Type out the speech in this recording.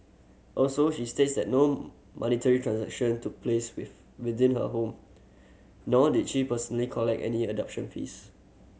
also she states that no monetary transaction took place with within her home nor did she personally collect any adoption fees